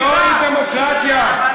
זוהי דמוקרטיה?